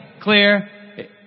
clear